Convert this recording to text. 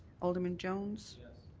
alderman jones? yes.